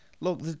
Look